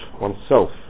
oneself